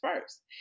first